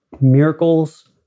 miracles